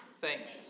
thanks